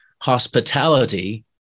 hospitality